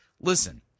listen